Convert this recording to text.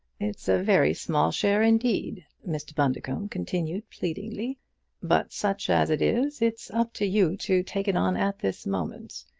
it's a very small share indeed, mr. bundercombe continued pleadingly but such as it is it's up to you to take it on at this moment.